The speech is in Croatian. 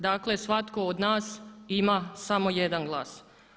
Dakle svatko od nas ima samo jedan glas.